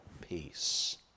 peace